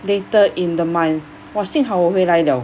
later in the month !wah! 幸好我会来了